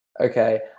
Okay